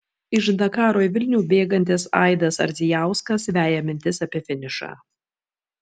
iš dakaro į vilnių bėgantis aidas ardzijauskas veja mintis apie finišą